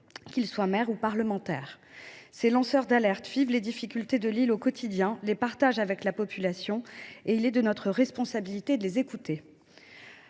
qu’ils soient maires ou parlementaires. Ces lanceurs d’alerte vivent les difficultés de l’île au quotidien, ils les partagent avec la population. Il est donc de notre responsabilité de les écouter.